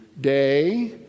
day